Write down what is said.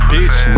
Bitch